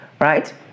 Right